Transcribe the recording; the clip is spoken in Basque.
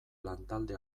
lantalde